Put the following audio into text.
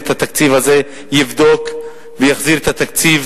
אני בודק את התקציב